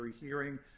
hearing